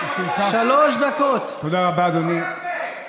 מה עשיתם לאבידר,